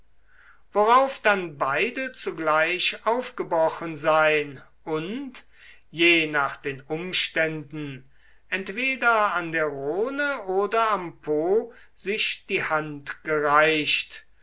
worauf dann beide zugleich aufgebrochen sein und je nach den umständen entweder an der rhone oder am po sich die hand gereicht